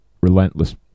relentless